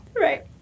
Right